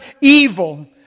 evil